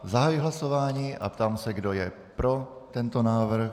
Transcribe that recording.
Zahajuji hlasování a ptám se, kdo je pro tento návrh.